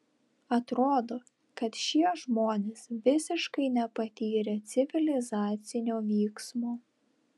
atrodo kad šie žmonės visiškai nepatyrę civilizacinio vyksmo